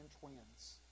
twins